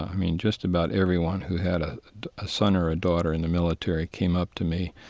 i mean, just about everyone who had ah a son or a daughter in the military came up to me.